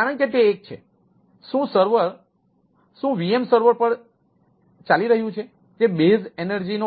કારણ કે તે એક છે શું સર્વર VM સર્વર કરીએ છીએ જે બીજું